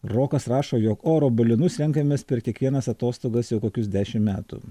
rokas rašo jog oro balionus renkamės per kiekvienas atostogas jau kokius dešim metų